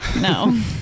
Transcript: No